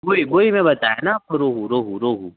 वही वही मैं बताया ना आपको रोहू रोहू रोहू